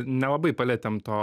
nelabai palietėm to